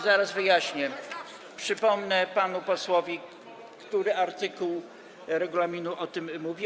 Zaraz wyjaśnię, przypomnę panu posłowi, który artykuł regulaminu o tym mówi.